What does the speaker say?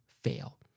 fail